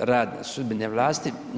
rad sudbene vlasti.